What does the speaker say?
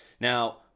Now